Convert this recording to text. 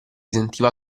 sentiva